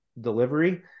delivery